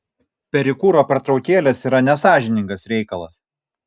perikūro pertraukėlės yra nesąžiningas reikalas